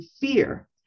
fear